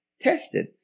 tested